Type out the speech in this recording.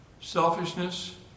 selfishness